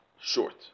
short